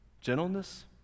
gentleness